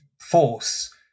force